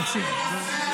תקראו לו ארגון טרור.